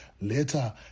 later